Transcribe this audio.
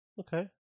okay